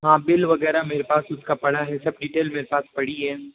हाँ बिल वगैरह मेरे पास उस का पड़ा है सब डिटेल मेरे पास पड़ी है